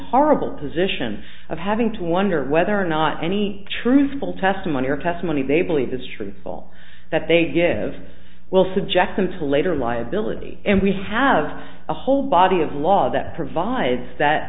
horrible position of having to wonder whether or not any truthful testimony or testimony they believe is truthful that they give will subject them to later liability and we have a whole body of law that provides that